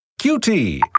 QT